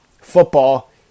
football